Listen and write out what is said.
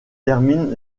termine